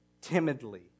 timidly